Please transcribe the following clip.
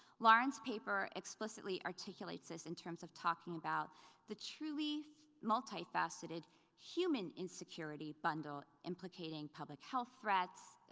lauren's paper explicitly articulates this in terms of talking about the truly multifaceted human insecurity bundle implicating public health threats,